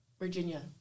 Virginia